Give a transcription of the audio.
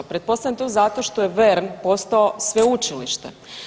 Pretpostavljam to zato što je VERN postao sveučilište.